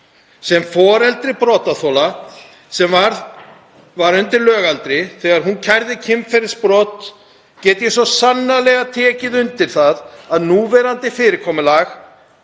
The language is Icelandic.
Sem foreldri brotaþola, sem var undir lögaldri þegar hún kærði kynferðisbrot, get ég svo sannarlega tekið undir það að núverandi fyrirkomulag